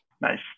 Nice